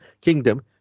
kingdom